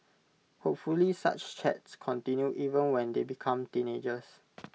hopefully such chats continue even when they become teenagers